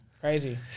crazy